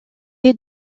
est